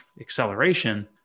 acceleration